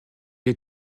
est